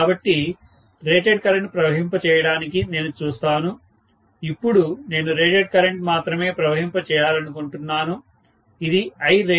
కాబట్టి rated current ప్రవహింప చేయడానికి నేను చూస్తాను ఇప్పుడు నేను రేటెడ్ కరెంట్ మాత్రమే ప్రవహింప చేయాలనుకుంటున్నాను ఇది Irated